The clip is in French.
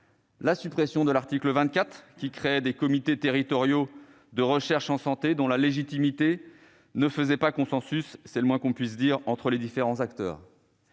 la suppression de l'article 24, qui créait des comités territoriaux de recherche en santé dont la légitimité ne faisait pas consensus, c'est le moins qu'on puisse dire, entre les différents acteurs